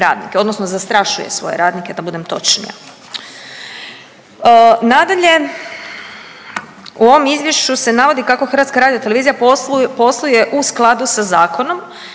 odnosno zastrašuje svoje radnike da budem točnija. Nadalje, u ovom izvješću se navodi kako HRT posluje u skladu sa zakonom